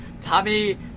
Tommy